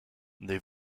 they